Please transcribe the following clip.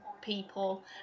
people